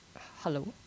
Hello